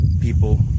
people